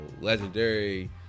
legendary